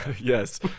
Yes